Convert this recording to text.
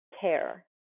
care